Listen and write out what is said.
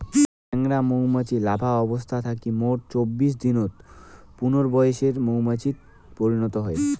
চেংরা মৌমাছি লার্ভা অবস্থা থাকি মোট চব্বিশ দিনত পূর্ণবয়সের মৌমাছিত পরিণত হই